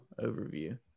overview